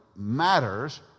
matters